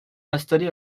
installés